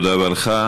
תודה רבה לך.